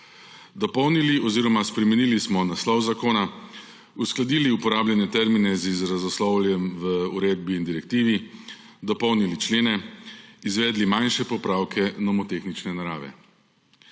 Dopolnili oziroma spremenili smo naslov zakona, uskladili uporabljanje termina z izrazoslovjem v uredbi in direktivi, dopolnili člene, izvedli manjše popravke nomotehnične narave.